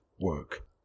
work